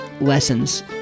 lessons